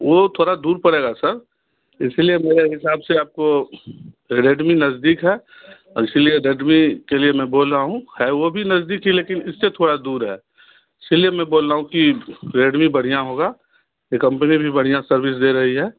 वो थोड़ा दूर पड़ेगा सर इस लिए मेरे हिसाब से आपको रेडमी नज़दीक है इस लिए रेडमी के लिए मैं बोल रहा हूँ है वह भी नज़दीक ही लेकिन इसे थोड़ा दूर है इसी लिए मैं बोल रहा हूँ कि रेडमी बढ़िया होगा ये कंपनी भी बढ़िया सर्विस दे रही है